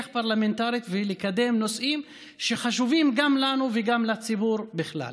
פרלמנטרית ולקדם נושאים שחשובים גם לנו וגם לציבור בכלל.